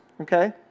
okay